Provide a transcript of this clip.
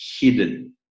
hidden